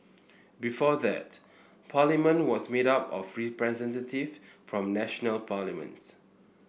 before that Parliament was made up of representatives from national parliaments